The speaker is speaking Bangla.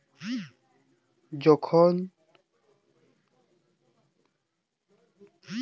যখল দুজল মিলে ব্যাংকে একই একাউল্ট ব্যবস্থা ক্যরে